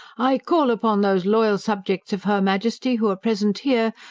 i call upon those loyal subjects of her majesty who are present here,